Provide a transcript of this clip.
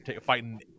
fighting